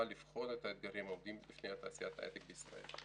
שיבחן את האתגרים העומדים לפני תעשיית ההיי-טק בישראל.